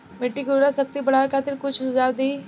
मिट्टी के उर्वरा शक्ति बढ़ावे खातिर कुछ सुझाव दी?